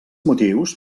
motius